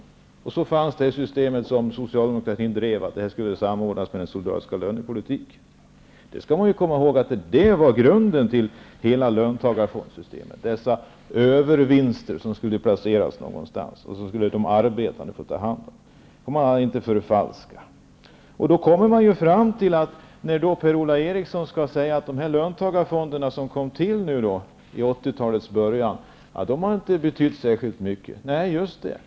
Socialdemokraterna drev systemet att det hela skulle samordnas med den solidariska lönepolitiken. Man skall komma ihåg att detta var grunden till hela löntagarfondssystemet, dvs. dessa övervinster som skulle placeras någonstans och som de arbetande skulle få ta hand om. Enligt Per-Ola Eriksson har de löntagarfonder som upprättades i början av 80-talet inte betytt särskilt mycket. Nej, just det.